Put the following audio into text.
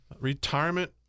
retirement